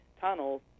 tunnels